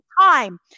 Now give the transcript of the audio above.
time